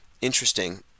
interesting